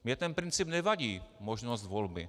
Mně ten princip nevadí, možnost volby.